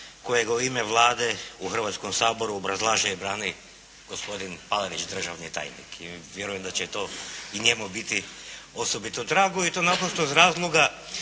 kojega u ime Vlade u Hrvatskom saboru obrazlaže i brani gospodin Palarić državni tajnik i vjerujem da će to i njemu biti osobito drago, i to naprosto iz razloga